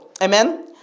Amen